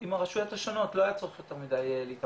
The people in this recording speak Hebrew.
עם הרשויות השונות, לא היה צורך יותר מדי להתאמץ